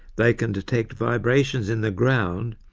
they can detect vibrations in the ground,